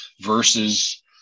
versus